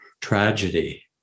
tragedy